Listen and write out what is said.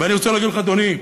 ואני רוצה להגיד לך, אדוני,